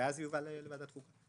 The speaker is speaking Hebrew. ואז זה יובא לוועדת חוקה.